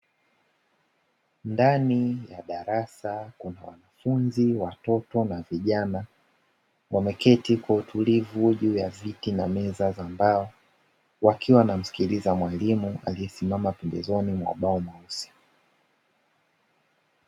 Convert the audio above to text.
Ndani ya darasa, kuna wanafunzi watoto na vijana, wameketi kwa utulivu juu ya viti na meza za mbao, wakiwa wanamsikiliza mwalimu aliyesimama pembezoni mwa ubao mweusi.